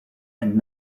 and